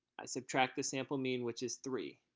i subtract the sample mean, which is three.